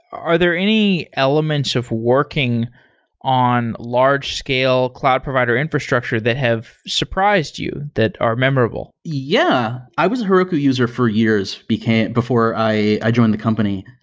are there any elements of working on large scale cloud provider infrastructure that have surprised you that are memorable? yeah. i was a heroku user for years before i i joined the company,